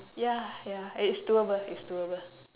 ya ya it is doable it's doable